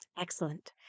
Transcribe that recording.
Excellent